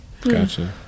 Gotcha